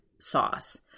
sauce